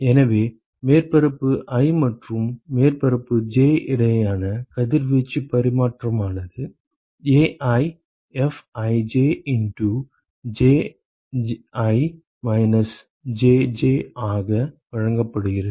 எனவே மேற்பரப்பு i மற்றும் மேற்பரப்பு j க்கு இடையேயான கதிர்வீச்சு பரிமாற்றமானது AiFij into Ji minus Jj ஆக வழங்கப்படுகிறது